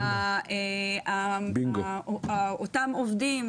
אותם עובדים,